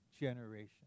generation